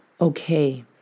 okay